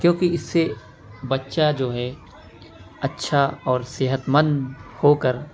کیونکہ اس سے بچہ جو ہے اچھا اور صحت مند ہو کر